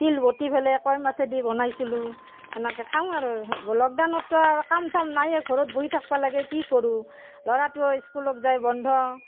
তিল বতি পেলাই কাৱৈ মাছে দি বনাইছিলোঁ সেনেকৈ খাওঁ আৰু লকডাউনতো আৰু কাম চাম নাইয়ে ঘৰত বহি থাকিব লাগে কি কৰোঁ ল'ৰাটোও স্কুলত যায় বন্ধ